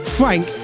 frank